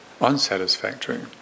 unsatisfactory